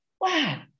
Wow